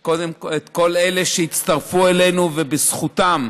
את כל אלה שהצטרפו אלינו ובזכותם,